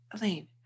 Elaine